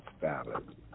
valid